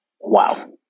Wow